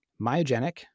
myogenic